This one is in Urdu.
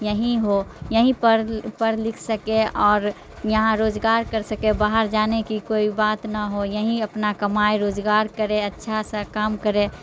یہیں ہو یہیں پڑھ پڑھ لکھ سکے اور یہاں روزگار کر سکے باہر جانے کی کوئی بات نہ ہو یہیں اپنا کمائے روزگار کرے اچھا سا کام کرے